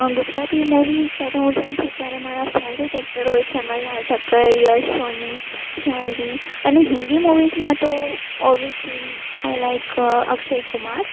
Gujarati movies જ્યારે હું જોઉં છું ત્યારે મારા ફેવરીટ એક્ટર હોય છે મલ્હાર ઠક્કર યશ સોની જાનવી અને હિન્દી મુવીઝમાં તો obviously I like Akshay Kumar